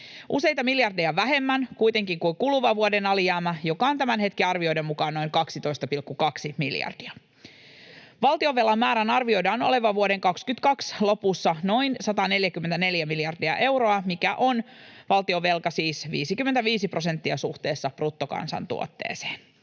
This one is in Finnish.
useita miljardeja vähemmän kuin kuluvan vuoden alijäämä, joka on tämän hetken arvioiden mukaan noin 12,2 miljardia. Valtionvelan määrän arvioidaan olevan vuoden 22 lopussa noin 144 miljardia euroa, mikä on, valtion velka siis, 55 prosenttia suhteessa bruttokansantuotteeseen.